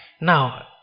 Now